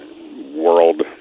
world